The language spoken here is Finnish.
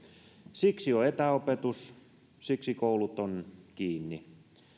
siksi on etäopetus siksi koulut ovat kiinni